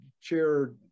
chair